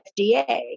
FDA